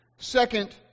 Second